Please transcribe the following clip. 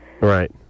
Right